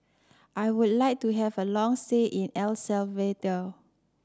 I would like to have a long say in El Salvador